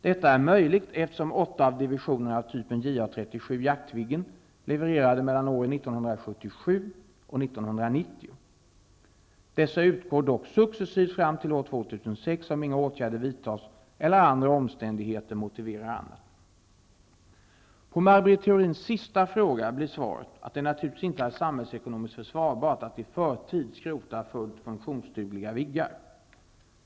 Detta är möjligt, eftersom åtta av divisionerna är av typen jaktviggen, levererade mellan åren 1977 och 1990. Dessa utgår dock successivt fram till år 2006 om inga åtgärder vidtas eller andra omständigheter motiverar annat. På Maj Britt Theorins sista fråga blir svaret att det naturligtvis inte är samhällsekonomiskt försvarbart att i förtid skrota fullt funktionsdugliga Viggar.